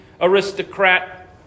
aristocrat